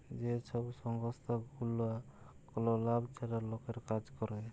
যে ছব সংস্থাগুলা কল লাভ ছাড়া লকের কাজ ক্যরে